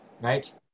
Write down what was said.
Right